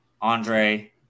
Andre